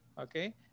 Okay